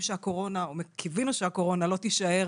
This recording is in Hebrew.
קיווינו שהקורונה לא תישאר